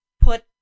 put